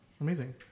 Amazing